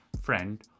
friend